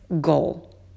goal